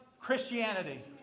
Christianity